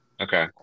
okay